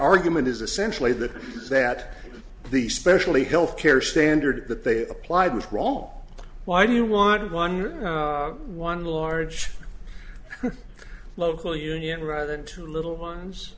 argument is essentially that that the specially health care standard that they applied was wrong why do you want one one large local union rather than two little ones